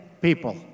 people